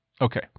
Okay